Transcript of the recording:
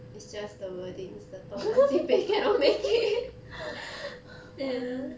it's just the wordings the 东南西北 cannot make it then